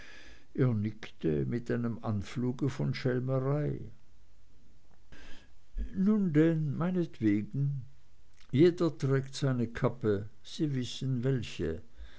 mit einem anflug von schelmerei nun denn meinetwegen jeder trägt seine kappe sie wissen welche